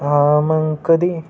मग कधी